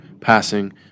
passing